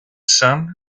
son